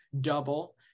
double